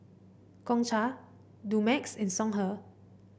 Gongcha Dumex and Songhe